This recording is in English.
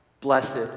blessed